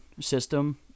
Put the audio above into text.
system